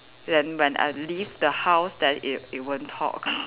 then when I leave the house then it it won't talk